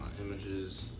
images